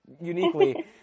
uniquely